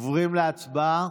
עוברים להצבעה.